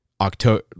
October